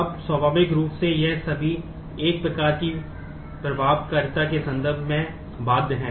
अब स्वाभाविक रूप से ये सभी एक वर्ष की प्रभावकारिता के संदर्भ में बाध्य हैं